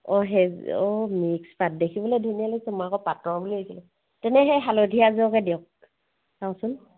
অঁ সেইযোৰ অঁ মিক্স পাট দেখিবলৈ ধুনীয়া লাগিছে মই আকৌ পাটৰ বুলি ভাবিছিলোঁ তেনে সেই হালধীয়াযোৰকে দিয়ক চাওঁচোন